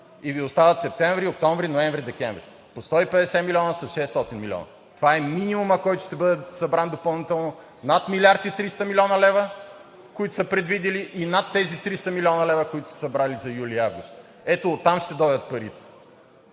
И Ви остават септември, октомври, ноември, декември – по 150 милиона са 600 милиона. Това е минимумът, който ще бъде събран допълнително над 1 млрд. 300 млн. лв., които са предвидили, и над тези 300 млн. лв., които са събрали за юли и август. Ето оттам ще дойдат парите.